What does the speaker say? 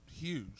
huge